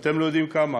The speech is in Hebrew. ואתם לא יודעים כמה,